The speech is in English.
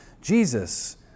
Jesus